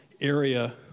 area